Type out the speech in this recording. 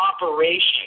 operation